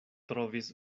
trovis